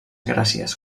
gràcies